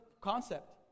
concept